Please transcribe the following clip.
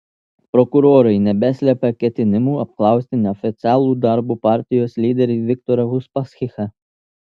prokurorai nebeslepia ketinimų apklausti neoficialų darbo partijos lyderį viktorą uspaskichą